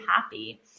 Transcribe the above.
happy